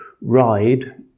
ride